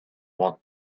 what